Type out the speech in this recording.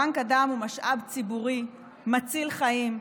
בנק הדם הוא משאב ציבורי מציל חיים.